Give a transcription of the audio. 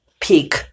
peak